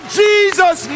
jesus